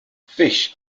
fish